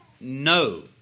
No